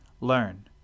learn